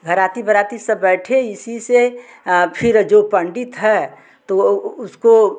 घराती बाराती सब बैठे इसी से फिर जो पंडित है तो उसको